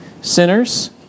sinners